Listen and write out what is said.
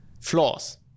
flaws